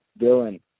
Dylan